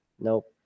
Nope